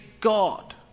God